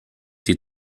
die